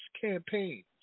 campaigns